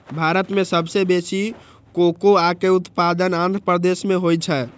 भारत मे सबसं बेसी कोकोआ के उत्पादन आंध्र प्रदेश मे होइ छै